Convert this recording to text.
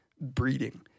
breeding